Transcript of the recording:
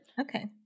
Okay